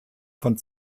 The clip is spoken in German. von